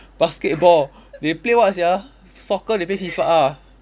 basketball they play what sia soccer they play FIFA ah